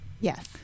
Yes